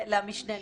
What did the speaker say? כן.